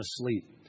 asleep